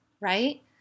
right